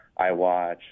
iWatch